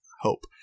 hope